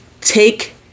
take